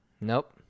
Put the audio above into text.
Nope